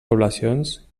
poblacions